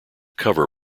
cover